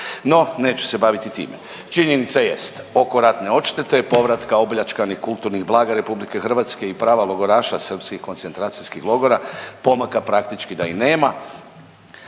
No, neću se baviti time. Činjenica jest, oko ratne odštete, povratka opljačkanih kulturnih blaga RH i prava logoraša srpskih koncentracijskih logora, pomaka praktički da i nema.